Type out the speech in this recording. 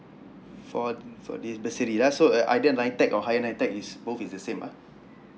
for for this bursary lah so uh either nitec or higher nitec is both is the same ah